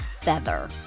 FEATHER